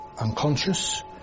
unconscious